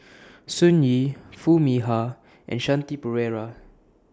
Sun Yee Foo Mee Har and Shanti Pereira